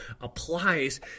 applies